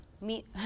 meet